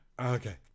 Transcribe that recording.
okay